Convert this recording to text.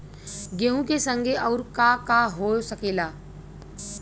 गेहूँ के संगे अउर का का हो सकेला?